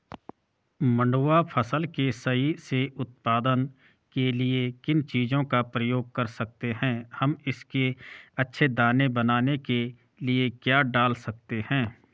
मंडुवा फसल के सही से उत्पादन के लिए किन चीज़ों का प्रयोग कर सकते हैं हम इसके अच्छे दाने बनाने के लिए क्या डाल सकते हैं?